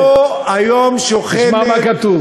איפה היום שוכן, תשמע מה כתוב.